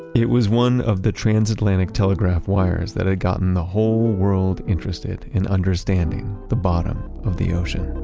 it was one of the transatlantic telegraph wires that had gotten the whole world interested in understanding the bottom of the ocean